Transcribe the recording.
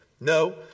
No